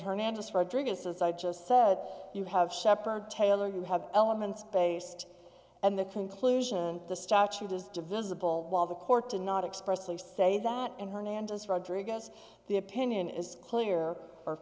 hernandez fredricka says i just said you have sheppard taylor you have elements based and the conclusion the statute is divisible while the court to not expressly say that and hernandez rodriguez the opinion is clear or